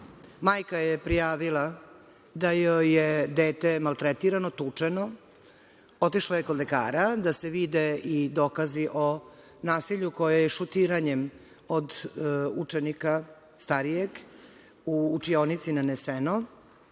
majka je prijavila da joj je dete maltretirano, tučeno. Otišla je kod lekara, da se vide i dokazi o nasilju koje je šutiranjem, od učenika starijeg, u učinioci, naneseno,